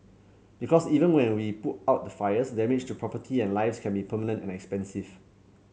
because even when we can put out the fires damage to property and lives can be permanent and expensive